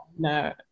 no